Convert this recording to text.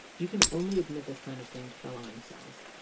you can only admit this kind of thing to fellow incels.